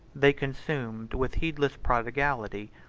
they consumed, with heedless prodigality,